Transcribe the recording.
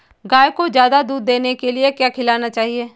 गाय को ज्यादा दूध देने के लिए क्या खिलाना चाहिए?